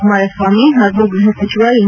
ಕುಮಾರಸ್ವಾಮಿ ಹಾಗೂ ಗೃಹ ಸಚಿವ ಎಂ